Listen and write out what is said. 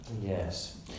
Yes